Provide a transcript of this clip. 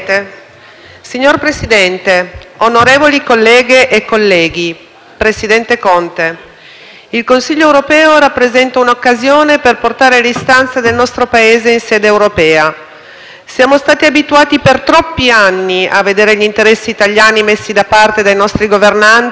il Consiglio europeo rappresenta un'occasione per portare le istanze del nostro Paese in sede europea. Siamo stati abituati per troppi anni a vedere gli interessi italiani messi da parte dai nostri governanti in nome di un europeismo che altro non era che puro assoggettamento nei confronti di Bruxelles.